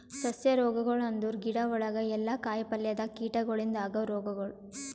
ಸಸ್ಯ ರೋಗಗೊಳ್ ಅಂದುರ್ ಗಿಡ ಒಳಗ ಇಲ್ಲಾ ಕಾಯಿ ಪಲ್ಯದಾಗ್ ಕೀಟಗೊಳಿಂದ್ ಆಗವ್ ರೋಗಗೊಳ್